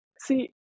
See